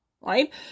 right